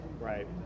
Right